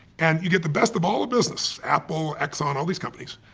and you get the best of all the business. apple, exxon, all these companies.